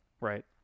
right